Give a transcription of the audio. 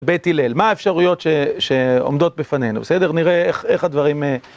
בית הלל, מה האפשרויות שעומדות בפנינו, בסדר? נראה איך הדברים...